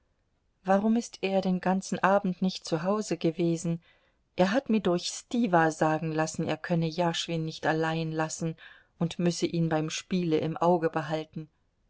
warum ist er den ganzen abend nicht zu hause gewesen er hat mir durch stiwa sagen lassen er könne jaschwin nicht allein lassen und müsse ihn beim spiele im auge behalten